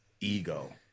ego